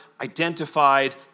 identified